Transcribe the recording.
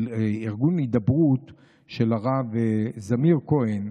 של ארגון הידברות של הרב זמיר כהן.